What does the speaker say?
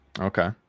Okay